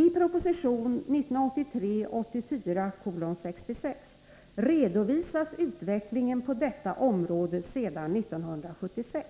I proposition 1983/84:66 redovisas utvecklingen på detta område sedan 1976.